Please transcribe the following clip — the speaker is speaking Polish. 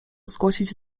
zgłosić